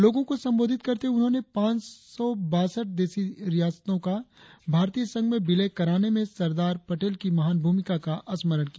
लोगों को संबोधित करते हुए उन्होंने पांच सौ बासठ देसी रियासतों का भारतीय संघ में विलय कराने में सरदार पटेल की महान भूमिका का स्मरण किया